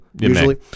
usually